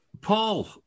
Paul